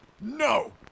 No